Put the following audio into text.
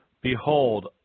Behold